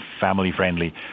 family-friendly